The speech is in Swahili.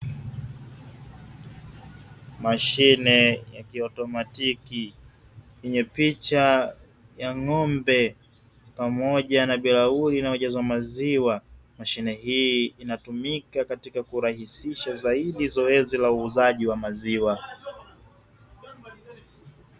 Mashine ya kiotomatiki yenye picha ya ng'ombe pamoja na bilauri inayojazwa maziwa. Mashine hii inatumika katika kurahisisha zaidi zoezi la uuzaji wa maziwa.